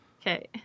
Okay